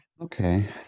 Okay